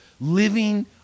living